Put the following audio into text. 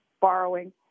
borrowing